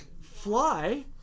Fly